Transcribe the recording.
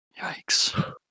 Yikes